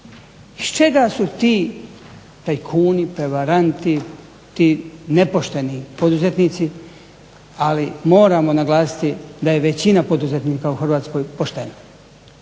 Iz čega su ti tajkuni, prevaranti, ti nepošteni poduzetnici, ali moramo naglasiti da je većina poduzetnika u Hrvatskoj poštena.